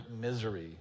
misery